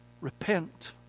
Repent